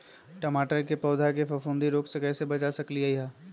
टमाटर के पौधा के फफूंदी रोग से कैसे बचा सकलियै ह?